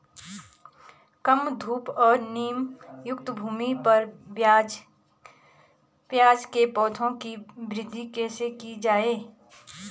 कम धूप और नमीयुक्त भूमि पर प्याज़ के पौधों की वृद्धि कैसे की जाए?